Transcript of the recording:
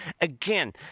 again